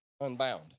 unbound